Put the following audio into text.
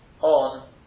on